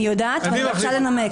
אני יודעת, אבל אני רוצה לנמק.